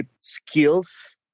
skills